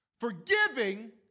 Forgiving